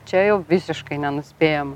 čia jau visiškai nenuspėjam